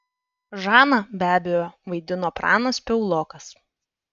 žaną be abejo vaidino pranas piaulokas